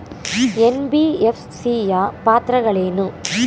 NBFC ಯ ಪಾತ್ರಗಳೇನು?